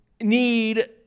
need